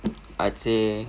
I'd say